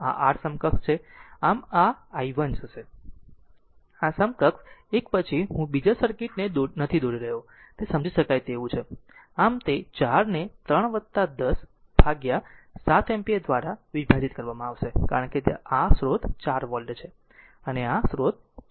આ R સમકક્ષ છે અને આમ i 1 હશે આ સમકક્ષ એક પછી હું બીજા સર્કિટ ને નથી દોરી રહ્યો તે સમજી શકાય તેવું છે આમ તે 4 ને 3 10 દ્વારા 7 એમ્પીયર દ્વારા વિભાજિત કરવામાં આવશે કારણ કે આ સ્રોત 4 V છે આ સ્રોત 4 V છે